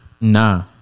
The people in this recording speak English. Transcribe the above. Nah